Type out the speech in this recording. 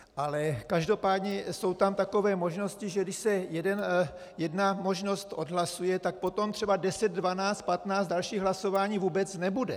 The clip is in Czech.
Ale každopádně jsou tam takové možnosti, že když se jedna možnost odhlasuje, tak potom třeba deset, dvanáct, patnáct dalších hlasování vůbec nebude.